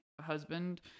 husband